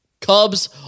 Cubs